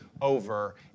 over